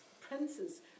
princes